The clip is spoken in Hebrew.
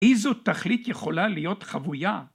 ‫איזו תכלית יכולה להיות חבויה?